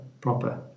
proper